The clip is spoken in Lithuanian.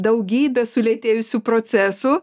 daugybė sulėtėjusių procesų